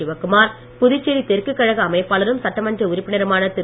சிவக்குமார் புதுச்சேரி தெற்கு கழக அமைப்பாளரும் சட்டமன்ற உறுப்பினருமான திரு